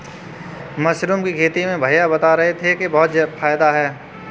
mushroom की खेती में भैया बता रहे थे कि बहुत फायदा है